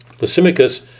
Lysimachus